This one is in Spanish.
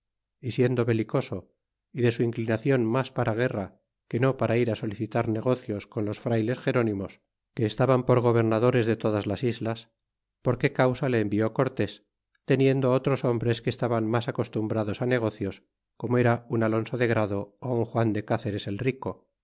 y siendo belicoso y de su inclinacion mas para guerra que no para ir solicitar negocios con los frayles gerónimos que estaban por g obernadores de todas las islas por qué causa le envió cortés teniendo otros hombres que estaban mas acostumbrados negocios como era un alonso de grado ó un juan de cceres el rico